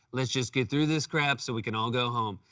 let's just get through this crap so we can all go home.